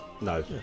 No